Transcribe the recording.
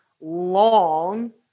long